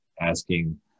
asking